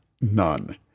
none